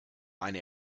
eine